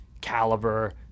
caliber